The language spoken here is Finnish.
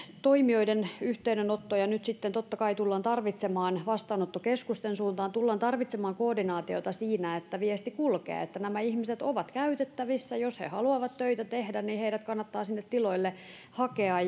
toimijoiden yhteydenottoja nyt sitten totta kai tullaan tarvitsemaan vastaanottokeskusten suuntaan tullaan tarvitsemaan koordinaatiota siinä että viesti kulkee että nämä ihmiset ovat käytettävissä jos he haluavat töitä tehdä niin heidät kannattaa sinne tiloille hakea